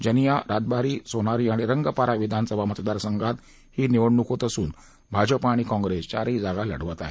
जनिया रातबारी सोनारी आणि रंगपारा विधानसभा मतदारसंघात निवडणूक होत असून भाजपा आणि काँग्रेस चारही जागा लढवत आहेत